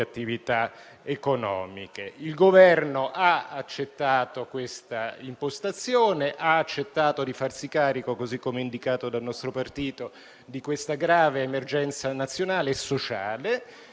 bisognerà che il Governo faccia in modo di restituire al Parlamento la propria funzione costituzionale di tutti gli atti emanati in questa crisi Covid.